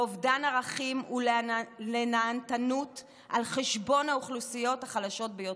לאובדן ערכים ולנהנתנות על חשבון האוכלוסיות החלשות ביותר.